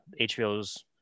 HBO's